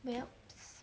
well